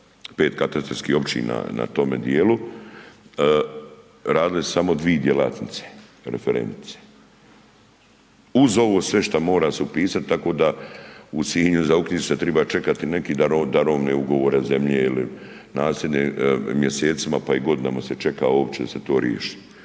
5 katastarskih općina na tome dijelu. Radile su samo dvije djelatnice, referentice uz ovo sve što mora se upisati, tako da u Sinju za uknjižit se treba čekati, neki darovni ugovore, zemlje ili .../Govornik se ne razumije./... mjesecima pa i godinama se čeka hoće li se to riješiti.